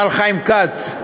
השר חיים כץ,